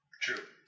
True